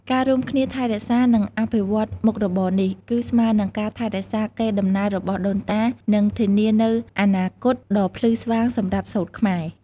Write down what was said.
ការរួមគ្នាថែរក្សា និងអភិវឌ្ឍមុខរបរនេះ គឺស្មើនឹងការថែរក្សាកេរ្តិ៍ដំណែលរបស់ដូនតា និងធានានូវអនាគតដ៏ភ្លឺស្វាងសម្រាប់សូត្រខ្មែរ។